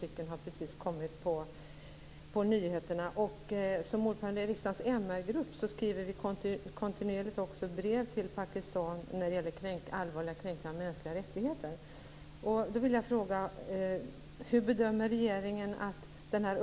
Det har precis kommit på nyheterna. Jag är ordförande i riksdagens MR-grupp, och vi skriver kontinuerligt brev till Pakistan när det gäller allvarliga kränkningar av mänskliga rättigheter.